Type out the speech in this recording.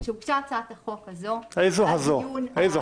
כשהוגשה הצעת החוק הזו היה דיון --- איזה הזו?